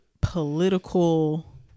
political